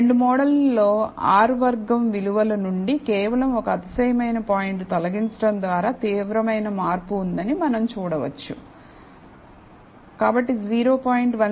రెండు మోడల్లో R వర్గం విలువల నుండి కేవలం ఒక అతిశయమైన పాయింట్ తొలగించడం ద్వారా తీవ్రమైన మార్పు ఉందని మనం చూడవచ్చు కాబట్టి 0